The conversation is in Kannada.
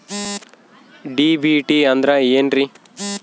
ಡಿ.ಬಿ.ಟಿ ಅಂದ್ರ ಏನ್ರಿ?